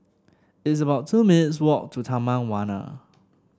it's about two minutes' walk to Taman Warna